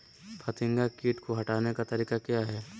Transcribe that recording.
फतिंगा किट को हटाने का तरीका क्या है?